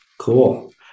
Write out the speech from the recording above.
Cool